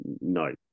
No